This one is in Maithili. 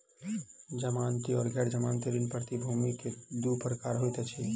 जमानती आर गैर जमानती ऋण प्रतिभूति के दू प्रकार होइत अछि